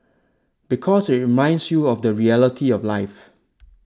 because it reminds you of the reality of life